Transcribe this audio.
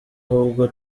ahubwo